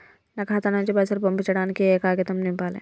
నా ఖాతా నుంచి పైసలు పంపించడానికి ఏ కాగితం నింపాలే?